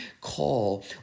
call